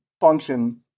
function